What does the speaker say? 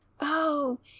Oh